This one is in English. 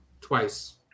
twice